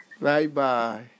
Bye-bye